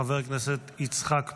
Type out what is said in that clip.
חבר הכנסת יצחק פינדרוס,